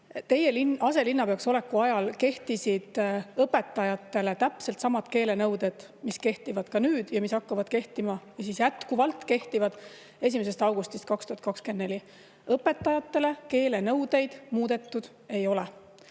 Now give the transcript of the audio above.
Teie aselinnapeaks oleku ajal kehtisid õpetajate kohta täpselt samad keelenõuded, mis kehtivad nüüd ja mis kehtivad jätkuvalt ka pärast 1. augustit 2024. Õpetajate keelenõudeid muudetud ei ole.